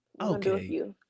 Okay